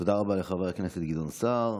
רבה לחבר הכנסת גדעון סער.